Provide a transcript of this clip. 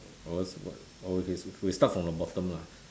or else what we start from the bottom lah